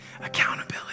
Accountability